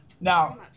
Now